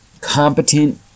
competent